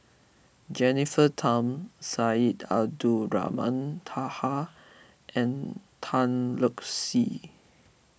Jennifer Tham Syed Abdulrahman Taha and Tan Lark Sye